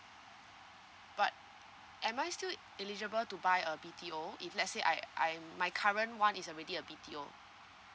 but am I still eligible to buy a B_T_O if let's say I I my current [one] is already a B_T_O